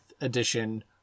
edition